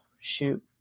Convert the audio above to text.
shoot